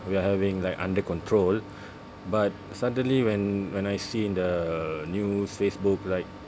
we are having like under control but suddenly when when I see in the news Facebook like